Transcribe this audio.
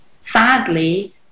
sadly